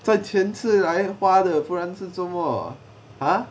赚钱是来花的不然是做么 !huh!